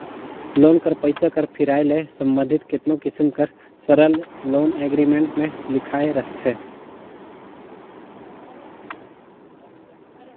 loan कर पइसा कर फिराए ले संबंधित केतनो किसिम कर सरल लोन एग्रीमेंट में लिखाए रहथे